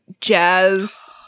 Jazz